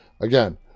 Again